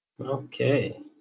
Okay